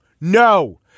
No